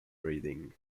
breeding